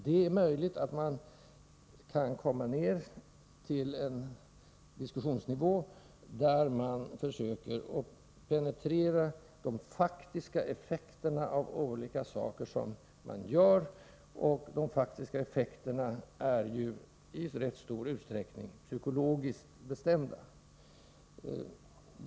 Det är möjligt att man kan komma ned till en diskussionsnivå där man försöker att sakligt penetrera de faktiska effekterna av vad man gör. Dessa effekter är i rätt stor utsträckning psykologiskt bestämda.